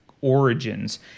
origins